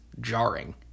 jarring